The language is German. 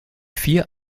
vier